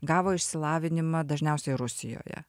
gavo išsilavinimą dažniausiai rusijoje